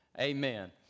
Amen